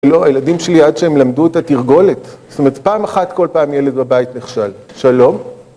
לא, הילדים שלי עד שהם למדו את התרגולת, זאת אומרת פעם אחת כל פעם ילד בבית נכשל. שלום